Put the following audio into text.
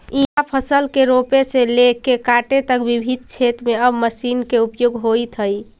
इहाँ फसल के रोपे से लेके काटे तक विभिन्न क्षेत्र में अब मशीन के उपयोग होइत हइ